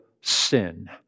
sin